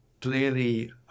clearly